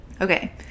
okay